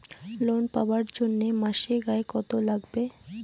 Loan পাবার জন্যে মাসিক আয় কতো লাগবে?